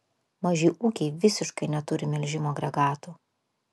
maži ūkiai visiškai neturi melžimo agregatų